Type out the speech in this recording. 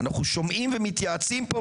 אנחנו שומעים ומתייעצים פה,